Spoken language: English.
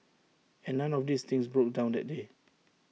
and none of these things broke down that day